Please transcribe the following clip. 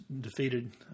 defeated